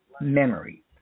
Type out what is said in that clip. memory